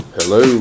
Hello